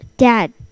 Dad